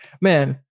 man